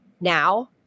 now